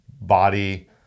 body